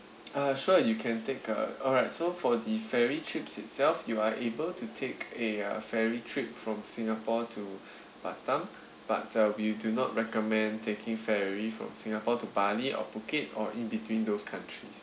uh sure you can take a alright so for the ferry trips itself you are able to take a uh ferry trip from singapore to batam but uh we do not recommend taking ferry from singapore to bali or phuket or in between those countries